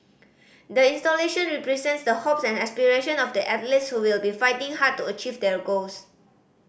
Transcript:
the installation represents the hopes and aspiration of the athletes who will be fighting hard to achieve their goals